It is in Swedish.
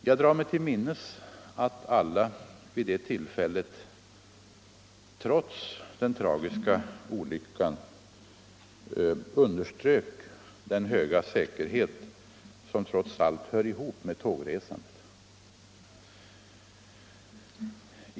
Jag drar mig till minnes att alla vid det tillfället trots den tragiska olyckan underströk den höga grad av säkerhet som i alla fall hör ihop med tågresor.